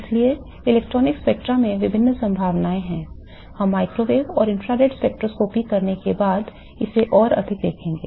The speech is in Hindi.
इसलिए इलेक्ट्रॉनिक स्पेक्ट्रा में विभिन्न संभावनाएं हैं हम माइक्रोवेव और इन्फ्रारेड स्पेक्ट्रोस्कोपी करने के बाद इसे और अधिक देखेंगे